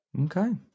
Okay